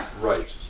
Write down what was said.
Right